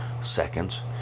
seconds